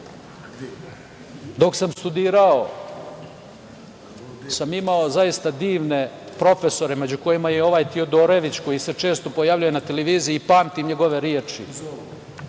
sam studirao imao sam zaista divne profesore, među kojima je i ovaj Tiodorović koji se često pojavljuje na televiziji, pamtim njegove reči.